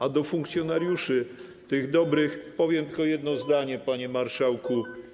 A do funkcjonariuszy, tych dobrych, powiem tylko jedno zdanie, panie marszałku.